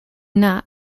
not